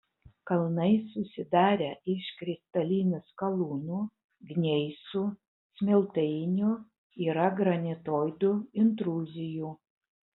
kalnai susidarę iš kristalinių skalūnų gneisų smiltainių yra granitoidų intruzijų